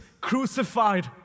crucified